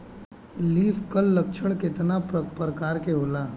Leaf curl लक्षण केतना परकार के होला?